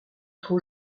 trop